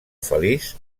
feliç